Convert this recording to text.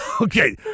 Okay